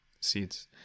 seeds